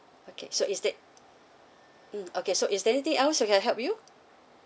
okay so is there mm okay so is there anything else I can help you